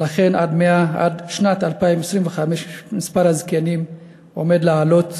ולכן עד שנת 2025 מספר הזקנים עומד לעלות